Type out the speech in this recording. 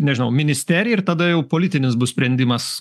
nežinau ministeriją ir tada jau politinis bus sprendimas